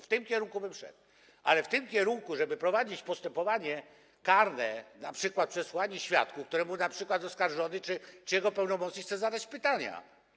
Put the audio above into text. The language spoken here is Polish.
W tym kierunku bym szedł, ale nie w tym kierunku, żeby bez tego prowadzić postępowanie karne, np. przesłuchanie świadka, któremu np. oskarżony czy jego pełnomocnik chce zadać pytania.